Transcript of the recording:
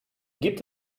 gibt